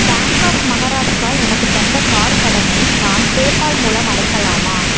bank of Maharashtra எனக்கு தந்த car கடனை நான் பேப்பால் மூலம் அடைக்கலாமா